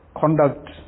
conduct